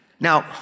Now